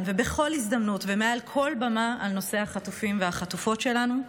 ובכל הזדמנות ומעל כל במה על נושא החטופים והחטופות שלנו.